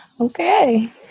Okay